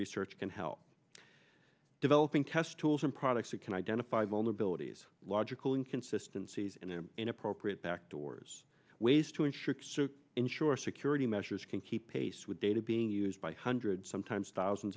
research can help developing test tools and products that can identify vulnerabilities logical inconsistency in an inappropriate back doors ways to ensure ensure security measures can keep pace with data being used by hundreds sometimes thousands